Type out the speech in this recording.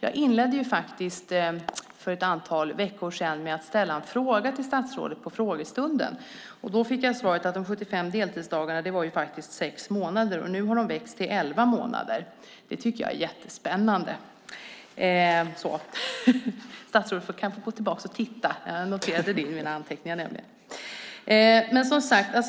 Jag inledde för ett antal veckor sedan med att ställa en fråga till statsrådet på frågestunden. Då fick jag svaret att de 75 deltidsdagarna var sex månader. Nu har de växt till elva månader. Det tycker jag är jättespännande. Statsrådet får kanske gå tillbaka och titta; jag noterade nämligen det här i mina anteckningar.